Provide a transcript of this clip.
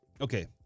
okay